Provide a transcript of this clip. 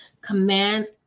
commands